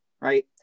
right